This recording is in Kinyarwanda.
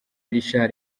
richard